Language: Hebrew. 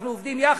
אנחנו עובדים יחד,